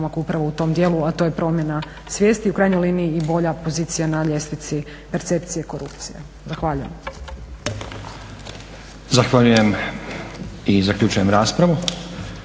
korak upravo u tom dijelu a to je promjena svijesti i u krajnjoj liniji i bolja pozicija na ljestvici percepcije korupcije. Zahvaljujem. **Stazić, Nenad (SDP)** Zahvaljujem i zaključujem raspravu.